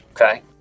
Okay